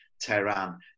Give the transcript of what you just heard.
Tehran